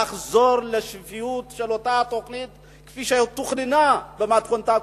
לחזור לשפיות של אותה תוכנית כפי שתוכננה במתכונתה הקודמת,